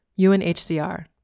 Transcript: UNHCR